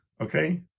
Okay